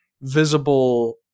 visible